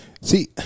See